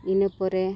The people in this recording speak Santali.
ᱤᱱᱟᱹ ᱯᱚᱨᱮ